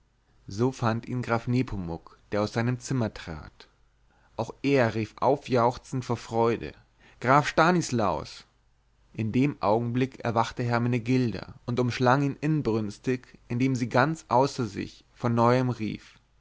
so fand ihn graf nepomuk der aus seinen zimmern trat auch er rief aufjauchzend vor freude graf stanislaus in dem augenblick erwachte hermenegilda und umschlang ihn inbrünstig indem sie ganz außer sich von neuem rief